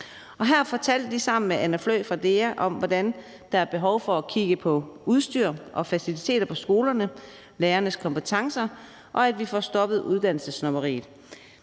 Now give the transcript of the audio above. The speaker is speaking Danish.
her fortalte de sammen med Anne Fløe fra DEA om, hvordan der er behov for at kigge på udstyr og faciliteter på skolerne og på lærernes kompetencer og for, at vi får stoppet uddannelsessnobberiet.